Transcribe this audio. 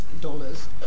dollars